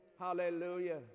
hallelujah